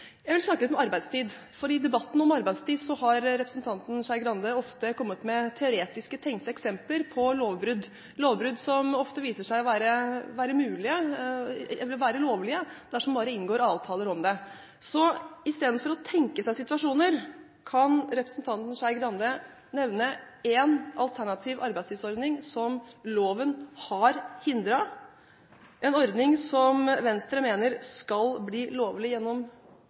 Jeg vil snakke litt om arbeidstid. I debatten om arbeidstid har representanten Skei Grande ofte kommet med teoretiske tenkte eksempler på lovbrudd – lovbrudd som ofte viser seg å være lovlige dersom man bare inngår avtaler om det. Så i stedet for å tenke seg situasjoner, kan representanten Skei Grande nevne en alternativ arbeidstidsordning som loven har hindret, en ordning som Venstre mener skal bli lovlig gjennom